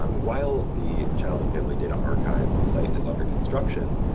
um while the child and family data archive site is under construction,